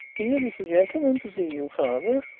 here is a gentleman to see you, father,